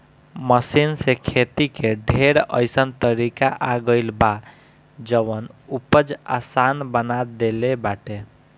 machine से खेती के ढेर अइसन तरीका आ गइल बा जवन उपज आसान बना देले बाटे